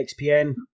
xpn